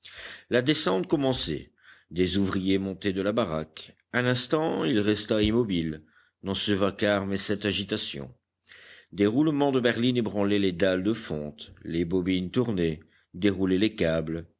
la descente commençait des ouvriers montaient de la baraque un instant il resta immobile dans ce vacarme et cette agitation des roulements de berlines ébranlaient les dalles de fonte les bobines tournaient déroulaient les câbles